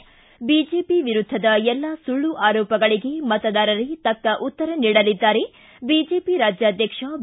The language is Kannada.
ು ಬಿಜೆಪಿ ವಿರುದ್ದದ ಎಲ್ಲಾ ಸುಳ್ಳು ಆರೋಪಗಳಿಗೆ ಮತದಾರರೇ ತಕ್ಕ ಉತ್ತರ ನೀಡಲಿದ್ದಾರೆ ಬಿಜೆಪಿ ರಾಜ್ಯಾಧ್ಯಕ್ಷ ಬಿ